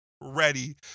ready